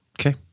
okay